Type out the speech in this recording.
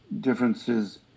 differences